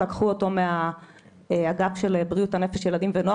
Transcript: לקחו אותו מהאגף של בריאות הנפש ילדים ונוער